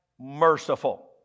merciful